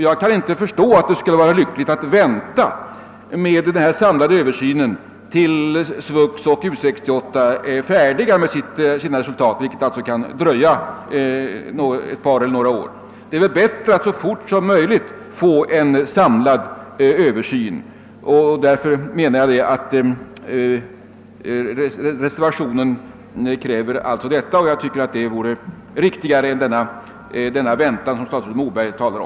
Jag kan inte förstå att det skulle vara lyckligt att vänta med den samlade översynen tills SVUX och U 68 är färdiga med sina resultat, vilket kan dröja några år. Det är väl bättre att så fort som möjligt få en samlad översyn, vilket också krävs i reservationen. Det vore enligt min mening riktigare att företa en sådan än att vi skall vänta, som statsrådet Moberg föreslår.